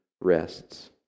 rests